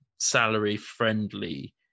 salary-friendly